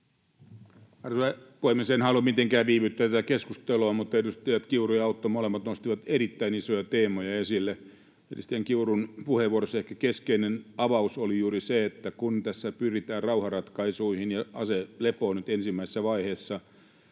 Arvoisa puhemies! En halua mitenkään viivyttää tätä keskustelua, mutta edustajat Kiuru ja Autto molemmat nostivat erittäin isoja teemoja esille. Edustaja Kiurun puheenvuorossa ehkä keskeinen avaus oli juuri se, että kun tässä pyritään rauharatkaisuihin, ja aselepoon nyt ensimmäisessä vaiheessa,